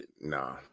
Nah